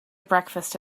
breakfast